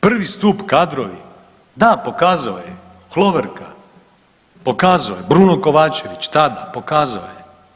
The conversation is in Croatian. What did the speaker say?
Prvi stup kadrovi, da pokazao je, Hloverka, pokazao je Bruno Kovačević, tada, pokazao je.